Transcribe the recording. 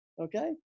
okay